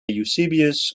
eusebius